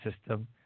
system